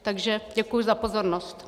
Takže děkuji za pozornost.